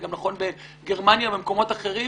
זה גם נכון בגרמניה או במקומות אחרים.